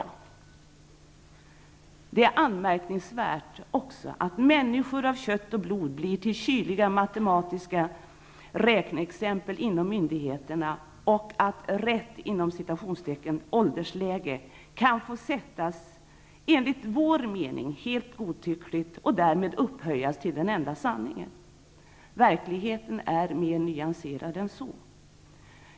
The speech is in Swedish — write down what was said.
Det är också anmärkningsvärt att människor av kött och blod blir till kyliga matematiska räkneexempel inom myndigheterna och att ''rätt åldersläge'' kan få sättas helt godtyckligt och därmed upphöjas till den enda sanningen. Verkligheten är mer nyanserad än så.